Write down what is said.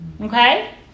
Okay